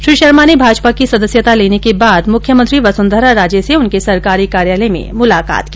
श्री शर्मो ने भाजपा की सदस्यता लेने के बाद मुख्यमंत्री वसुंधरा राजे से उनके सरकारी कार्यालय में मुलाकात की